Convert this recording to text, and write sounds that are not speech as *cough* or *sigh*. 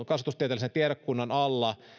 *unintelligible* kasvatustieteellisen tiedekuntansa alle